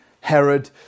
Herod